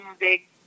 music